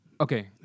Okay